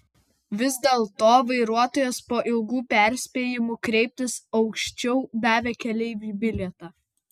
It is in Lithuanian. vis dėlto vairuotojas po ilgų perspėjimų kreiptis aukščiau davė keleiviui bilietą